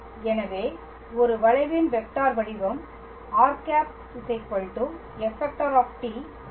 எனவே ஒரு வளைவின் வெக்டார் வடிவம் r ⃗ f⃗ வலது